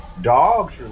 Dogs